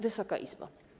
Wysoka Izbo!